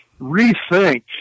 rethink